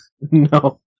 No